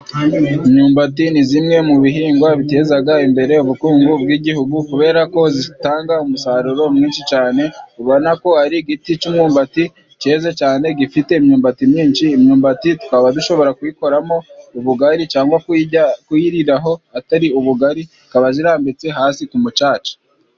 Imyumbati ni zimwe mu bihingwa bitezaga imbere ubukungu bw'igihugu kubera ko zitanga umusaruro mwinshi cane, ubona ko ari igiti c'umyumbati ceze cane gifite imyumbati myinshi, imyumbati twaba dushobora kuyikoramo ubugari cangwa kuyijya kuyiriraho atari ubugari, ikaba zirambitse hasi ku mucaca.